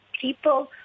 People